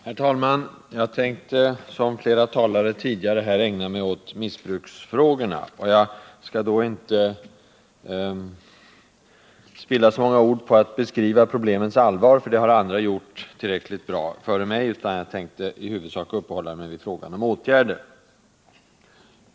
Herr talman! Liksom flera tidigare talare tänker även jag ägna mig åt missbruksfrågorna. Jag skall inte spilla så många ord på att beskriva problemens allvar, eftersom andra har gjort det tillräckligt bra förut. I huvudsak tänker jag uppehålla mig vid åtgärderna.